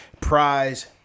Prize